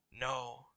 No